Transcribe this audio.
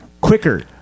quicker